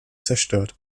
zerstört